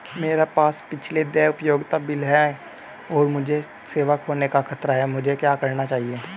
मेरे पास पिछले देय उपयोगिता बिल हैं और मुझे सेवा खोने का खतरा है मुझे क्या करना चाहिए?